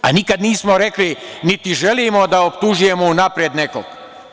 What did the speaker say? Nikad nismo rekli, niti želimo da optužujemo unapred nekog.